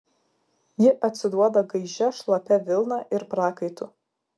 ji atsiduoda gaižia šlapia vilna ir prakaitu